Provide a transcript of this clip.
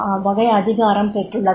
எவ்வகை அதிகாரம் பெற்றுள்ளது